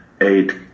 eight